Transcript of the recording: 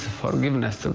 forgiveness, ah